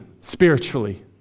spiritually